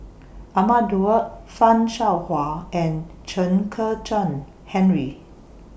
Ahmad Daud fan Shao Hua and Chen Kezhan Henri